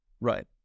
Right